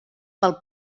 pel